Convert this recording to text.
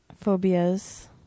phobias